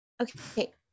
Okay